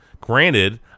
Granted